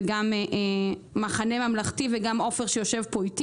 גם המחנה הממלכתי וגם עופר שיושב פה איתי